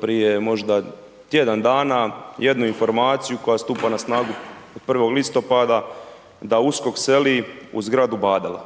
prije možda tjedan dana jednu informaciju koja stupa na snagu od 1. listopada, da USKOK seli u zgradu Badela.